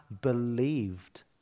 believed